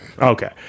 Okay